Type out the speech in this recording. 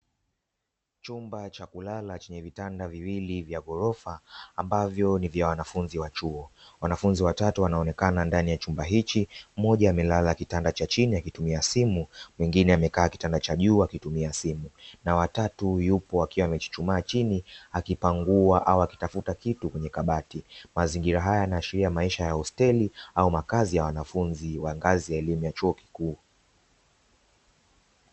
Chumba cha kulala chenye vitanda viwili vya ghorofa ambavyo ni vya wanafunzi wa chuo wanafunzi watatu wanaonekana ndani ya chumba, hiki moja amelala kitanda cha chini akitumia simu mwingine amekaa kitanda cha jua akitumia simu na watatu yupo akiwa amechuchumaa chini akipangua au akitafuta kitu kwenye kabati mazingira haya na sheria maisha ya hosteli au makazi ya wanafunzi wa kazi ya elimu ya chuo kikuu.